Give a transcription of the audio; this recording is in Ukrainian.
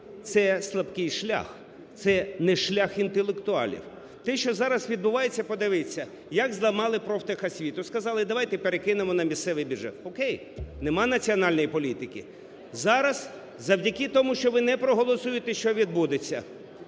це слабкий шлях, це не шлях інтелектуалів. Те, що зараз відбувається, подивіться, як зламали профтехосвіту і сказали давайте перекинемо на місцевий бюджет, окей, немає національної політики. Зараз завдяки тому, що ви не проголосуєте, що відбудеться?